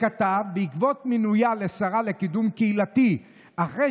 וכתב: בעקבות מינויה לשרה לקידום קהילתי אחרי